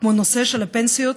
כמו הנושא של הפנסיות